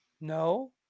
no